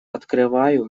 открываю